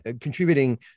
contributing